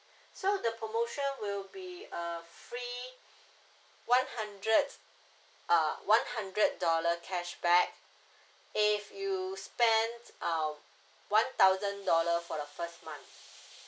so the promotion will be a free one hundred uh one hundred dollar cashback if you spend a one thousand dollar for the first month